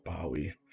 Bowie